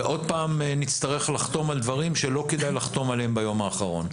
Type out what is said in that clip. ונצטרך עוד פעם לחתום על דברים שלא כדאי לחתום עליהם ביום האחרון.